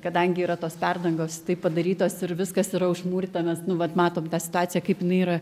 kadangi yra tos perdangos tai padarytos ir viskas yra užmūryta mes nu vat matome tą situaciją kaip jinai yra